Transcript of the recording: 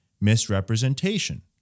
misrepresentation